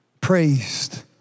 praised